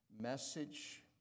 message